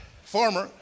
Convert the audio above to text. Former